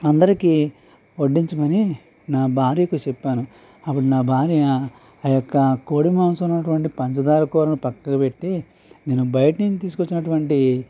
అందరికీ వడ్డించమని నా భార్యకు చెప్పాను అప్పుడు నా భార్య ఆ యొక్క కోడి మాంసంలో ఉన్నటువంటి పంచదార కూరను పక్కకు పెట్టి నేను బయటనుంచి తీసుకొచ్చినటువంటి